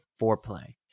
Foreplay